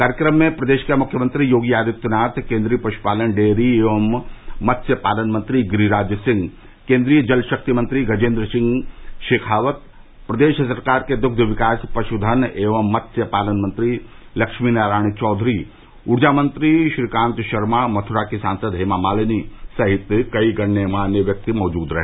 कार्यक्रम में प्रदेश के मुख्यमंत्री योगी आदित्यनाथ केंद्रीय पश्पालन डेयरी एवं मत्स्य पालन मंत्री गिरिराज रिंह केन्द्रीय जल शक्ति मंत्री गजेन्द्र सिंह शेखावत प्रदेश सरकार के दुग्ध विकास पशुधन एवं मत्स्य पालन मंत्री लक्ष्मी नारायण चौघरी रूर्जा मंत्री श्रीकांत शर्मा मथुरा की सांसद हेमा मालिनी सहित कई गणमान्य व्यक्ति मौजूद रहे